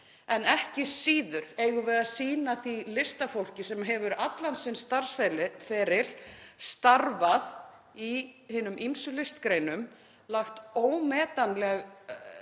en ekki síður eigum við að sýna því listafólki virðingu sem hefur allan sinn starfsferil starfað í hinum ýmsu listgreinum og lagt ómetanleg verðmæti